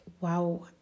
wow